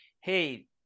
hey